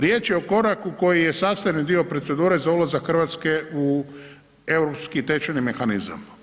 Riječ je o koraku koji je sastavni dio procedure za ulazak Hrvatske u europski tečajni mehanizam.